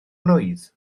blwydd